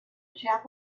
chap